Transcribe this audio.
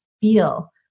feel